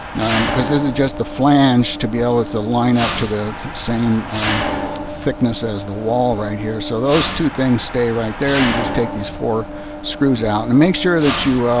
because this is just the flange to be able to line up to the same thickness as the wall right here so those two things stay right there you just take these four screws out and make sure that you,